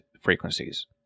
frequencies